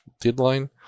deadline